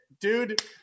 Dude